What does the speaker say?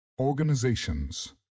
Organizations